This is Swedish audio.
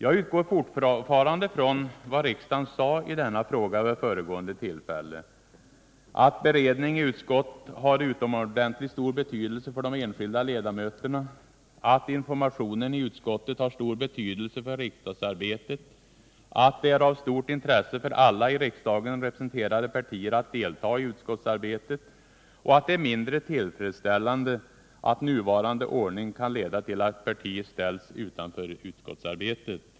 Jag utgår fortfarande från vad riksdagen sade i denna fråga vid föregående tillfälle: att beredning i utskott har utomordentligt stor betydelse för de enskilda ledamöterna, att informationen i utskotten har stor betydelse för riksdagsarbetet, att det är av stort intresse för alla i riksdagen representerade partier att delta i utskottsarbetet och att det är mindre tillfredsställande att nuvarande ordning kan leda till att parti ställs utanför utskottsarbetet.